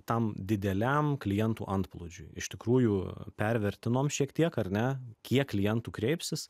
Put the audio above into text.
tam dideliam klientų antplūdžiui iš tikrųjų pervertinom šiek tiek ar ne kiek klientų kreipsis